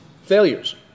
failures